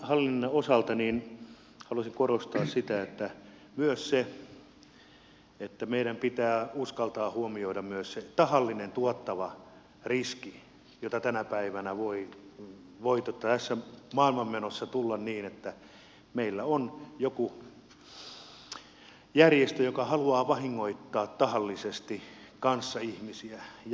riskienhallinnan osalta haluaisin korostaa myös sitä että meidän pitää uskaltaa huomioida myös se tahallisesti tuotettava riski jota tänä päivänä voi tässä maailmanmenossa tulla niin että meillä on jokin järjestö joka haluaa vahingoittaa tahallisesti kanssaihmisiä